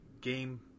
game